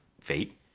Fate